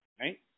right